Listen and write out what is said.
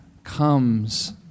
comes